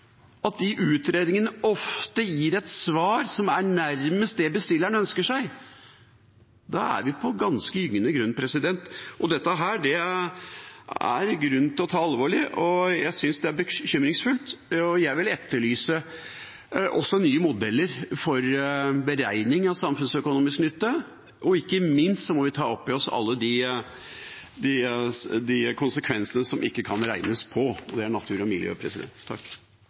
at de utredningene ofte gir et svar som er nærmest det bestilleren ønsker seg, er vi på ganske gyngende grunn. Dette er det grunn til å ta alvorlig. Jeg synes det er bekymringsfullt, og jeg vil også etterlyse nye modeller for beregning av samfunnsøkonomisk nytte. Ikke minst må vi ta opp i oss alle de konsekvensene som det ikke kan regnes på, og det er natur og miljø.